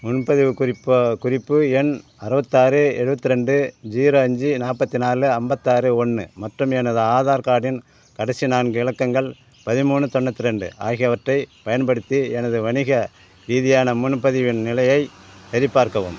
முன்பதிவு குறிப்பு குறிப்பு எண் அறுபத்தாறு எழுபத்தி ரெண்டு ஜீரோ அஞ்சு நாற்பத்தி நாலு ஐம்பத்தாறு ஒன்று மற்றும் எனது ஆதார் கார்டின் கடைசி நான்கு இலக்கங்கள் பதிமூணு தொண்ணூற்றி ரெண்டு ஆகியவற்றைப் பயன்படுத்தி எனது வணிக ரீதியான முன்பதிவின் நிலையைச் சரிபார்க்கவும்